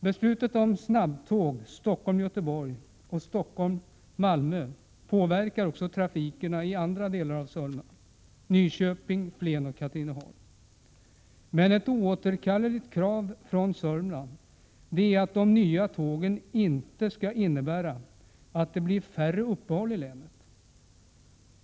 Beslutet om snabbtåg Stockholm-Göteborg och Stockholm-Malmö påverkar också trafiken i andra delar av Södermanland — Nyköping, Flen och Katrineholm. Men ett oåterkalleligt krav från Södermanland är att de nya tågen inte skall innebära att det blir färre tåguppehåll i länet.